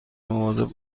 مواظب